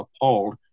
appalled